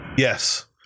Yes